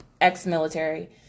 ex-military